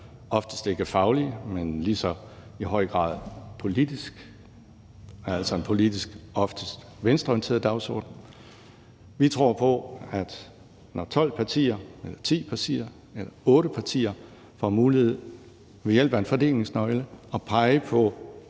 oftest ikke fagligt, men i lige så høj grad politisk – altså en politisk, oftest venstreorienteret dagsorden. Vi tror på, at når 12 partier eller 10 partier eller 8 partier får mulighed for ved hjælp af en fordelingsnøgle at pege på